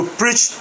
preach